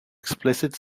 explicit